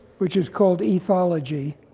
which is called ethology.